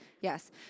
Yes